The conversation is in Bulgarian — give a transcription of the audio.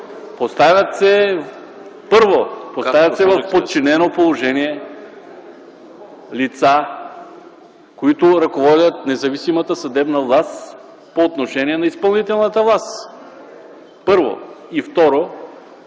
Поставяте, първо, в подчинено положение лица, които ръководят независимата съдебна власт по отношение на изпълнителната власт. Второ,